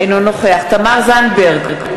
אינו נוכח תמר זנדברג,